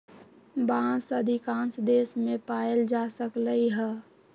बांस अधिकांश देश मे पाएल जा सकलई ह